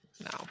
no